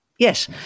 Yes